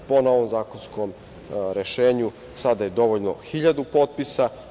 Po novom zakonskom rešenju, sada je dovoljno 1.000 potpisa.